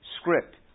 script